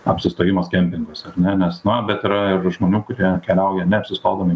apsistojimas kempinguose ar ne nes na bet yra ir žmonių kurie keliauja neapsistodami